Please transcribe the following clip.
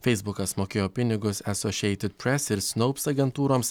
feisbukas mokėjo pinigus asošijeited pres ir snaups agentūroms